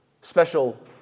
special